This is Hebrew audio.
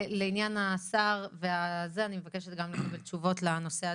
לעניין השר לקבל תשובות לנושא הזה,